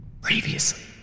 Previously